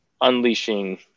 unleashing